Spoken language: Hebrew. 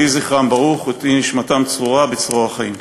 יהי זכרם ברוך ותהי נשמתם צרורה בצרור החיים.